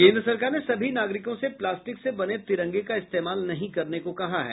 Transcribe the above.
केन्द्र सरकार ने सभी नागरिकों से प्लास्टिक से बने तिरंगे का इस्तेमाल नहीं करने को कहा है